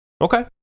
Okay